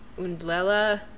undlela